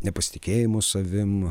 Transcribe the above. nepasitikėjimo savim